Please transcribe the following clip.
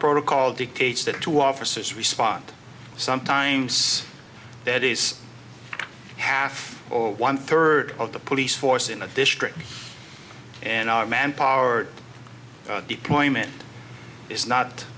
protocol dictates that two officers respond sometimes that is half or one third of the police force in a district and manpower deployment is not